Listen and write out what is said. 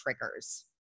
triggers